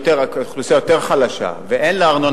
האוכלוסייה שם יותר חלשה ואין לה ארנונה